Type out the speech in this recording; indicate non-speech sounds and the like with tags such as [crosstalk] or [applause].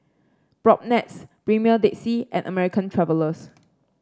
Propnex Premier Dead Sea and American Travellers [noise]